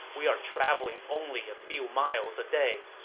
we are traveling only a few miles a day.